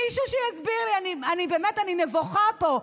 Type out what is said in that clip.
מישהו שיסביר לי, באמת, אני נבוכה פה.